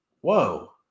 whoa